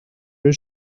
does